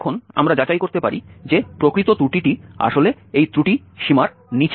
এবং এখন আমরা যাচাই করতে পারি যে প্রকৃত ত্রুটিটি আসলে এই ত্রুটি সীমার নীচে রয়েছে